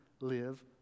live